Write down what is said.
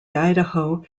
idaho